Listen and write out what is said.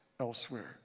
elsewhere